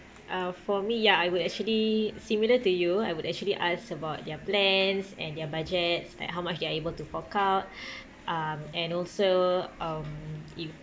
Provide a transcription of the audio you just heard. uh for me ya I would actually similar to you I would actually ask about their plans and their budgets like how much they are able to fork out um and also um i~